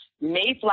Mayflower